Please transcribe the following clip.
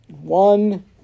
one